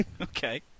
Okay